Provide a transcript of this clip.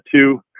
two